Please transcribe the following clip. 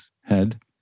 head